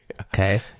Okay